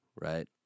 Right